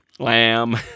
Lamb